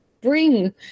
bring